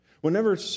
Whenever